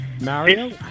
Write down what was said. Mario